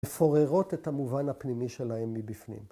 ‫מפוררות את המובן הפנימי שלהם ‫מבפנים.